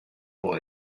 boy